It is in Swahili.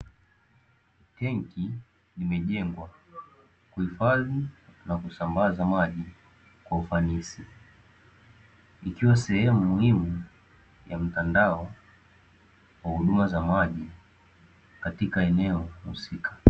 Tenki limejengwa kuhifadhi na kusambaza maji kwa ufanisi, ikiwa sehemu muhimu ya mtandao wa huduma za maji katika eneo husika.